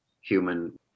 human